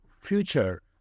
future